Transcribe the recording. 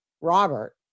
Robert